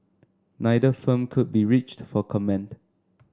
neither firm could be reached for comment